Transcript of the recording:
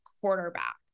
quarterback